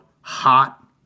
hot